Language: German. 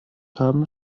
haben